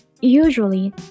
usually